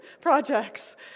projects